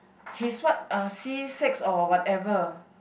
he's what uh C six or whatever